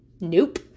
Nope